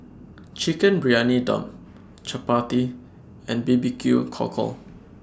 Chicken Briyani Dum Chappati and B B Q Cockle